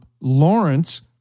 Lawrence